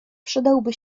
przydałby